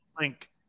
link